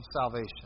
salvation